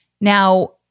Now